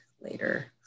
later